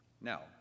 Now